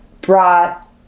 brought